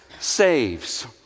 saves